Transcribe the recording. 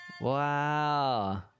Wow